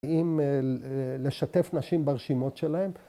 ‫האם לשתף נשים ברשימות שלהם?